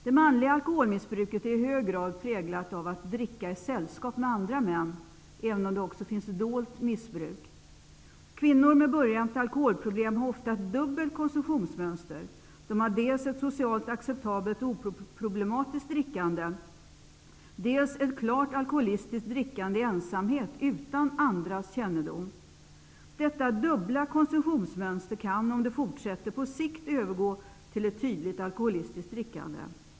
Det manliga alkoholmissbruket är i hög grad präglat av att dricka i sällskap med andra män, även om det också finns dolt missbruk. Kvinnor med början till alkoholproblem har ofta ett dubbelt konsumtionsmönster. De har dels ett socialt acceptabelt och oproblematiskt drickande, dels ett klart alkoholistiskt drickande i ensamhet utan andras kännedom. Detta dubbla konsumtionsmönster kan, om det fortsätter, på sikt övergå till ett tydligt alkoholistiskt drickande.